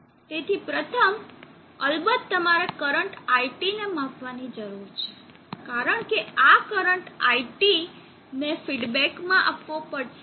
તેથી પ્રથમ અલબત્ત તમારે કરંટ iT ને માપવાની જરૂર છે કારણ કે આ કરંટ iT ને ફીડબેક માં આપવો પડશે